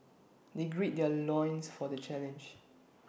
they gird their loins for the challenge